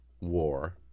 war